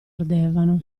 ardevano